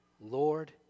Lord